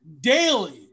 daily